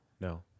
No